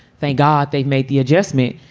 thank god they've made the adjustment.